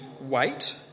weight